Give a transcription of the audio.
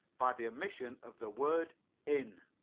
by the omission of the word in.